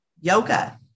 yoga